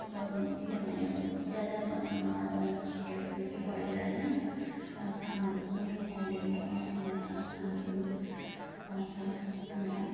अब किनभने अब ज्यादा मात्रामा जनसङ्ख्याहरू बेसी बढेर होइन अब कामहरू पनि पाउँदैन कम्ती मात्रामा कामहरू पाउँछ अन्त